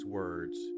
words